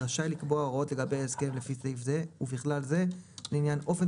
רשאי לקבוע הוראות לעניין ההסכם לפי סעיף זה ובכלל זה לעניין אופן